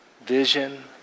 vision